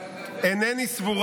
שגדעון סער